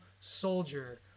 soldier